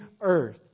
earth